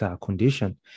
condition